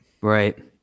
Right